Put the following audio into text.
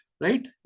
right